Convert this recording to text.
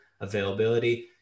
availability